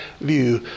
view